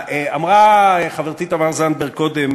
אמרה חברתי תמר זנדברג קודם,